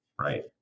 right